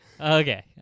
Okay